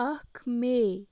اَکھ مے